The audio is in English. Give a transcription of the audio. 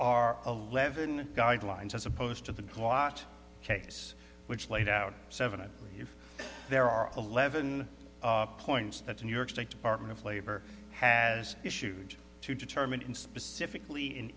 are eleven guidelines as opposed to the clot case which laid out seven of if there are eleven points that the new york state department of labor has issued to determine specifically in